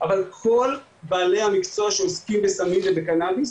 אבל כל בעלי המקצוע שעוסקים בסמים ובקנאביס